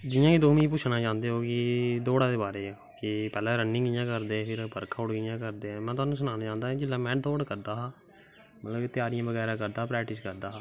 जियां तुस मिगी पुच्छनां चांह्दे ओ कि दौड़ा दे बारे च ते पैह्लैं रनिंग कियां करदे फिर बर्क अउट कियां करदे ते में तोआनू सनाना चाह्ना कि में जिसलै दौड़ करदा हा त्यारियां बगैरा करदा हा प्रैक्टिस बगैरा करदा हा